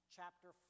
Chapter